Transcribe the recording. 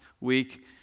week